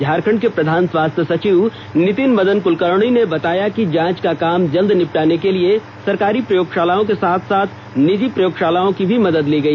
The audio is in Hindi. झारखंड के प्रधान स्वास्थ्य सचिव नितिन मदन कुलकर्णी ने बताया कि जांच का काम जल्द निपटाने के लिए सरकारी प्रयोगशालाओं के साथ निजी प्रयोगशालाओं की भी मदद ली गई